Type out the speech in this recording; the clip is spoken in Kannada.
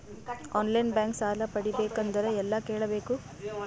ಆನ್ ಲೈನ್ ಬ್ಯಾಂಕ್ ಸಾಲ ಪಡಿಬೇಕಂದರ ಎಲ್ಲ ಕೇಳಬೇಕು?